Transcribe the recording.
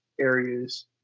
areas